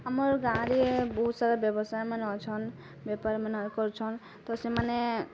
ଆମର୍ ଗାଁରେ ବହୁ ସାରା ବ୍ୟବସାୟମାନ ଅଛନ୍ ବେପାରମାନ କରୁଛନ୍ ତ ସେମାନେ